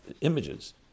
images